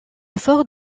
fort